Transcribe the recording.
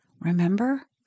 Remember